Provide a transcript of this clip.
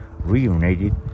reunited